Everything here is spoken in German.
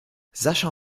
sascha